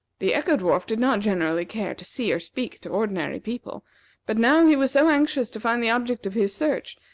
the echo-dwarf did not generally care to see or speak to ordinary people but now he was so anxious to find the object of his search,